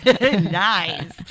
Nice